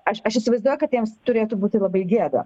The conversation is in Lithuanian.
aš aš įsivaizduoju kad jiems turėtų būti labai gėda